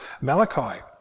Malachi